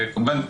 וכמובן,